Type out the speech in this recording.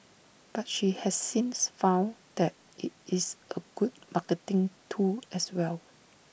but she has since found that IT is A good marketing tool as well